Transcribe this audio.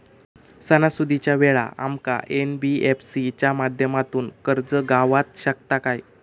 सणासुदीच्या वेळा आमका एन.बी.एफ.सी च्या माध्यमातून कर्ज गावात शकता काय?